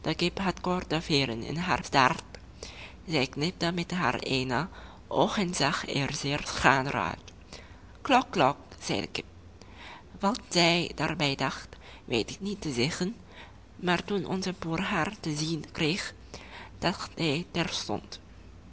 had korte veeren in haar staart zij knipte met haar eene oog en zag er zeer schrander uit klok klok zei de kip wat zij daarbij dacht weet ik niet te zeggen maar toen onze boer haar te zien kreeg dacht hij